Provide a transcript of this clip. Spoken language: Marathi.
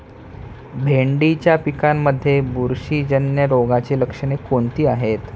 भेंडीच्या पिकांमध्ये बुरशीजन्य रोगाची लक्षणे कोणती आहेत?